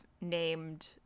named